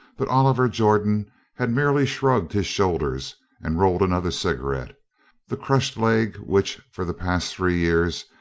but oliver jordan had merely shrugged his shoulders and rolled another cigarette the crushed leg which, for the past three years,